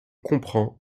comprend